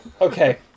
Okay